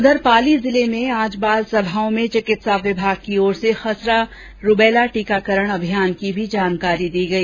उधर पाली जिले में आज बालसभाओं में चिकित्सा विभाग की ओर से खसरा रूबेला टीकाकरण अभियान की भी जानकारी दी गई